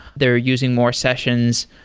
they're using more sessions,